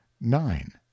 nine